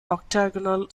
octagonal